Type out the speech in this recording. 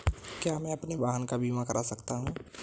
क्या मैं अपने वाहन का बीमा कर सकता हूँ?